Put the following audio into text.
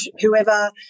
whoever